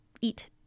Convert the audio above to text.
eat